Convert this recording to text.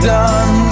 done